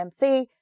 MC